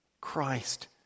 Christ